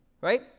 right